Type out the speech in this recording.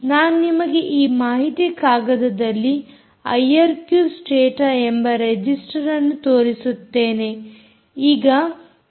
ನಾನು ನಿಮಗೆ ಈ ಮಾಹಿತಿ ಕಾಗದದಲ್ಲಿ ಐಆರ್ಕ್ಯೂ ಸ್ಟೇಟ ಎಂಬ ರಿಜಿಸ್ಟರ್ಅನ್ನು ತೋರಿಸುತ್ತೇನೆ